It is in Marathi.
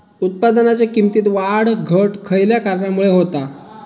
उत्पादनाच्या किमतीत वाढ घट खयल्या कारणामुळे होता?